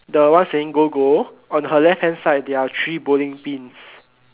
the one saying go go on her left hand side there are three bowling pins